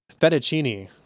fettuccine